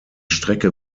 strecke